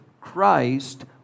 Christ